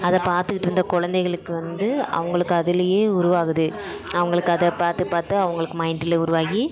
அதை பார்த்துக்கிட்ருக்க கொழந்தைகளுக்கு வந்து அவங்களுக்கு அதுலேயே உருவாகுது அவங்களுக்கு அதை பார்த்து பார்த்து அவங்களுக்கு மைண்டில் உருவாகி